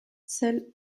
celle